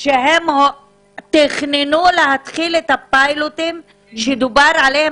שהם תכננו להתחיל את הפיילוטים שדובר עליהם